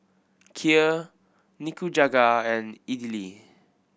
Kheer Nikujaga and Idili